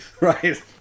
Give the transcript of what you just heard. Right